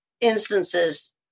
instances